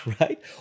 right